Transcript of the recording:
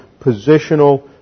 positional